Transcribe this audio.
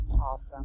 awesome